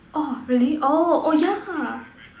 oh really oh oh yeah